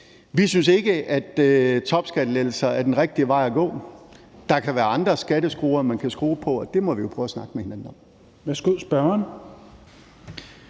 I« synes vi ikke, at topskattelettelser er den rigtige vej at gå. Der kan være andre skatteskruer, man kan skrue på, og det må vi jo prøve at snakke med hinanden om.